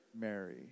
Mary